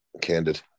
candid